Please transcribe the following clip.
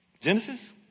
Genesis